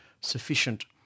sufficient